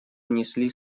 унесли